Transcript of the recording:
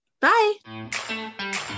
Bye